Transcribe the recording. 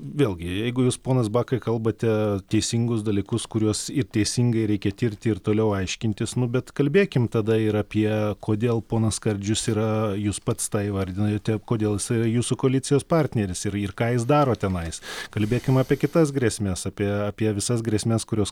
vėlgi jeigu jūs ponas bakai kalbate teisingus dalykus kuriuos ir teisingai reikia tirti ir toliau aiškintis nu bet kalbėkim tada ir apie kodėl ponas skardžius yra jūs pats tą įvardinote kodėl jisai yra jūsų koalicijos partneris ir ir ką jis daro tenais kalbėkim apie kitas grėsmes apie apie visas grėsmes kurios